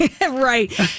Right